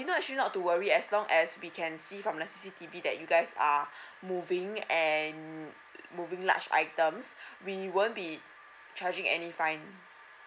vino actually not to worry as long as we can see from the C_C_T_V that you guys are moving and mm moving large items we won't be charging any fine mm